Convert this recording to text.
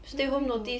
stay home notice